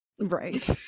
Right